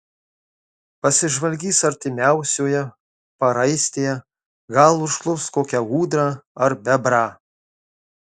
pasižvalgys artimiausioje paraistėje gal užklups kokią ūdrą ar bebrą